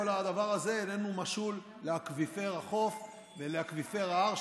כל הדבר הזה איננו משול לאקוויפר החוף ולאקוויפר ההר,